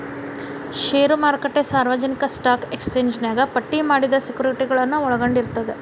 ಷೇರು ಮಾರುಕಟ್ಟೆ ಸಾರ್ವಜನಿಕ ಸ್ಟಾಕ್ ಎಕ್ಸ್ಚೇಂಜ್ನ್ಯಾಗ ಪಟ್ಟಿ ಮಾಡಿದ ಸೆಕ್ಯುರಿಟಿಗಳನ್ನ ಒಳಗೊಂಡಿರ್ತದ